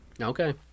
Okay